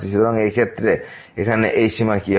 সুতরাং এই ক্ষেত্রে এখানে এই সীমা কি হবে